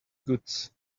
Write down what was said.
goods